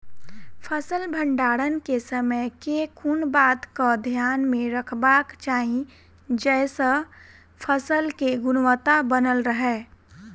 फसल भण्डारण केँ समय केँ कुन बात कऽ ध्यान मे रखबाक चाहि जयसँ फसल केँ गुणवता बनल रहै?